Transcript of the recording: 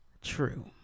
True